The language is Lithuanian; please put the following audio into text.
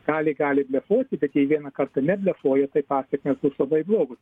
gali gali blefuoti bet jei vieną kartą neblefuoja tai pasekmės bus labai blogos